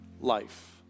Life